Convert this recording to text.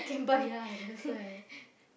ya that's why